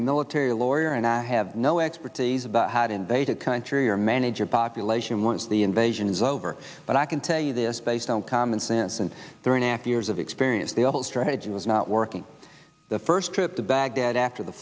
a military lawyer and i have no expertise about how to invade a country or manage your population once the invasion is over but i can tell you this based on common sense and there enact years of experience the old strategy was not working the first trip to baghdad after the